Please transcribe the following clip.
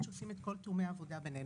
שעושים בו את כל תיאומי העבודה בינינו.